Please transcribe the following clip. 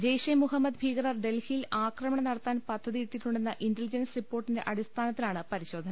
ജെയ്ഷെ മുഹമ്മദ് ഭീകരർ ഡൽഹിയിൽ ആക്രമണം നടത്താൻ പദ്ധതിയിട്ടിട്ടുണ്ടെന്ന ഇൻറലിജൻസ് റിപ്പോർട്ടിന്റെ അടിസ്ഥാനത്തിലാണ് പരിശോധന